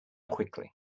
quickly